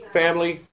family